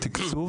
משתתף במועצות